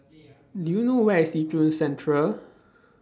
Do YOU know Where IS Yishun Central